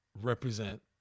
represent